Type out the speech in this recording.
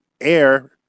air